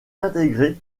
intégré